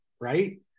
right